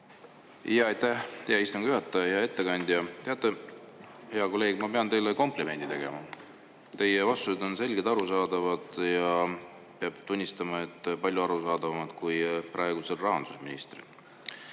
Aitäh, hea istungi juhataja ja ettekandja! Teate, hea kolleeg, ma pean teile komplimendi tegema. Teie vastused on selged ja arusaadavad ja peab tunnistama, et palju arusaadavamad kui praegusel rahandusministril.